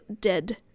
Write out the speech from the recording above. dead